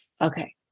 Okay